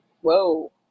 Whoa